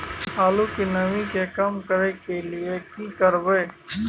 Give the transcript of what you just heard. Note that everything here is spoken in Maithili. आलू के नमी के कम करय के लिये की करबै?